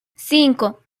cinco